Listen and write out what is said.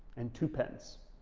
and two pence,